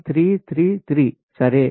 333 సరే